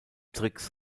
tricks